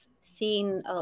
seen